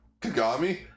kagami